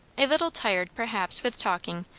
a little tired, perhaps, with talking,